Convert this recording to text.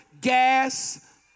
gas